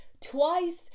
twice